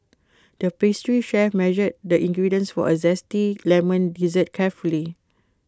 the pastry chef measured the ingredients for A Zesty Lemon Dessert carefully